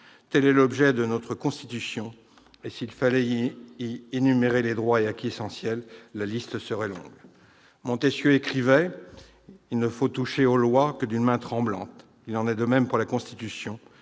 Tel est l'objet de notre Constitution ; et s'il fallait y énumérer les droits et acquis essentiels, la liste serait longue. Montesquieu écrivait à propos des lois qu'« il n'y faut toucher que d'une main tremblante ». Il en est de même pour la Constitution,